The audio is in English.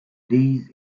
these